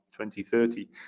2030